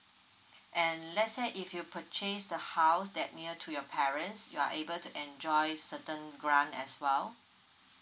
and let's say if you purchase the house that near to your parents you are able to enjoy certain grant as well